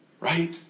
Right